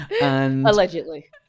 Allegedly